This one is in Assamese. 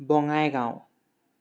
বঙাইগাঁও